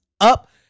up